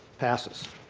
passes.